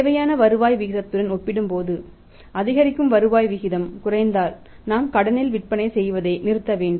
தேவையான வருவாய் விகிதத்துடன் ஒப்பிடும்போது அதிகரிக்கும் வருவாய் விகிதம் குறைந்தால் நாம் கடனில் விற்பனை செய்வதை நிறுத்த வேண்டும்